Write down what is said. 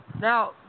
Now